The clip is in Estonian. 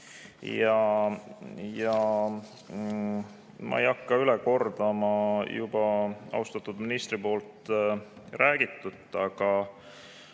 Ma ei hakka üle kordama juba austatud ministri räägitut, aga